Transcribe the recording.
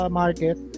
market